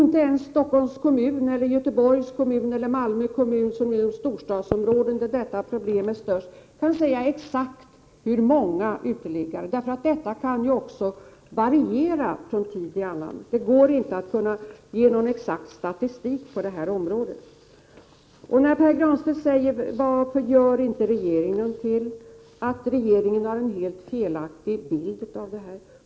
Inte ens Stockholms kommun, Göteborgs kommun eller Malmö kommun — som är de storstadsområden där det här problemet är störst — kan säga exakt hur många uteliggarna är, eftersom det kan variera från tid till annan. Det går inte att komma med någon exakt statistik på det här området. Pär Granstedt frågar varför regeringen inte gör någonting och påstår att regeringen har en helt felaktig bild.